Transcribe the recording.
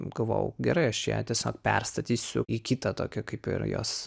galvojau gerai aš ją tiesiog perstatysiu į kitą tokią kaip ir jos